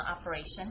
operation